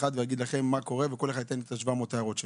ואגיד לכם מה קורה וכל אחד ייתן 70 הערות שלו.